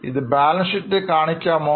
ഇത് ബാലൻസ് ഷീറ്റിൽ കാണിക്കാമോ